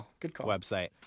website